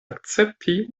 akcepti